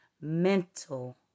mental